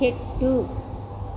చెట్టు